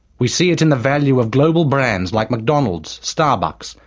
we see it in the value of global brands like mcdonald's, starbucks,